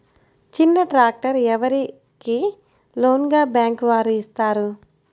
చిన్న ట్రాక్టర్ ఎవరికి లోన్గా బ్యాంక్ వారు ఇస్తారు?